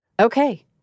Okay